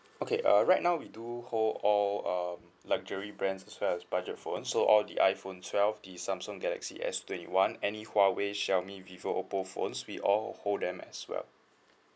okay uh right now we do hold all um luxury brands as well as budget phone so all the iphone twelve the samsung galaxy S twenty one any Huawei Xiaomi Vivo Oppo phones we all hold them as well